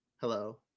Hello